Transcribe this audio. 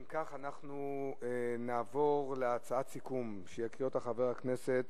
אם כך, אנחנו נעבור להצעת סיכום שיקריא חבר הכנסת